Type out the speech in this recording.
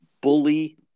bully